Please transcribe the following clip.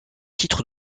titre